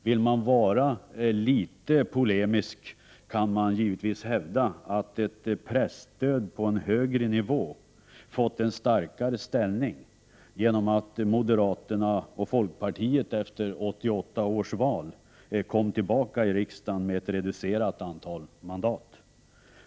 Vill man vara litet polemisk kan man givetvis hävda att ett presstöd på en högre nivå fått en starkare ställning genom att moderaterna och folkpartiet efter 1988 års val kom tillbaka till riksdagen med ett reducerat antal mandat.